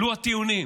עלו הטיעונים,